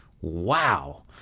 Wow